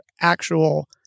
actual